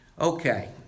Okay